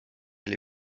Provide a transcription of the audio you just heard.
oli